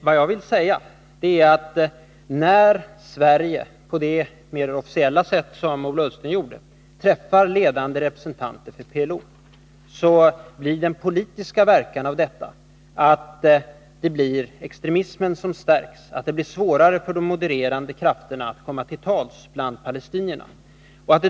Vad jag vill säga är att när man från Sverige, på det mer officiella sätt som Ola Ullsten gjorde, träffar ledande representanter för PLO, blir den politiska verkan av detta att extremismen stärks, att det blir svårare för de modererande krafterna att komma till tals bland palestinierna.